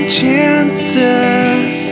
chances